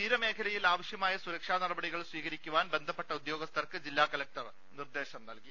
തീരമേഖലയിൽ ആവശ്യമായ സുരക്ഷാനടപടികൾ സ്വീകരിക്കുവാൻ ബന്ധപ്പെട്ട ഉദ്യോഗസ്ഥർക്ക് ജില്ലാ കലക്ടർ നിർദ്ദേശം നൽകി